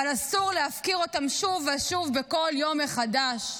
אבל אסור להפקיר אותם שוב ושוב בכל יום מחדש.